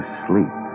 sleep